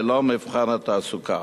ללא מבחן תעסוקה.